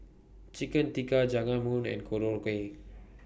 Chicken Tikka Jajangmyeon and Korokke